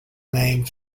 named